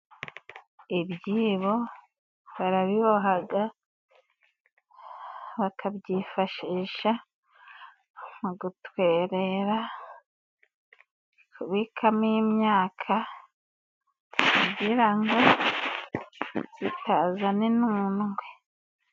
Ibyibo barabibohaga bakabyifashisha mu gutwerera, kubikamo imyaka kugira ngo zitazana inundwe.